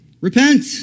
Repent